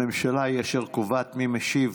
הממשלה היא אשר קובעת מי משיב,